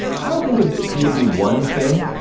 i don't think it would be one thing,